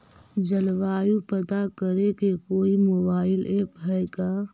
जलवायु पता करे के कोइ मोबाईल ऐप है का?